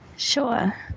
Sure